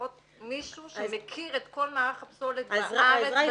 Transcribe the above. צריכות מישהו שמכיר את כל מערך הפסולת בארץ.